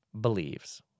believes